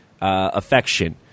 affection